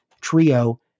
trio